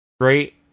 Great